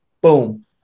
boom